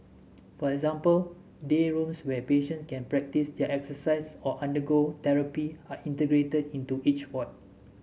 for example day rooms where patients can practise their exercise or undergo therapy are integrated into each ward